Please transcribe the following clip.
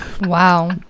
Wow